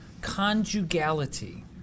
conjugality